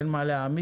אין מה להעמיק,